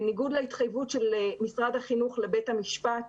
בניגוד להתחייבות של משרד החינוך לבית המשפט,